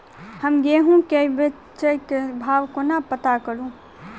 हम गेंहूँ केँ बेचै केँ भाव कोना पत्ता करू?